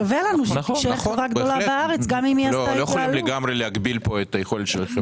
שווה לנו שהיא תישאר חברה גדולה בארץ גם אם היא עשתה התייעלות.